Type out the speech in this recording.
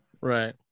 right